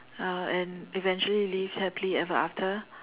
uh and eventually lived happily ever after